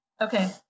Okay